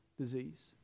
disease